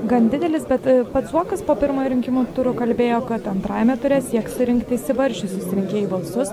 gan didelis bet pats zuokas po pirmojo rinkimų turo kalbėjo kad antrajame ture sieks surinkti išsibarsčiusius rinkėjų balsus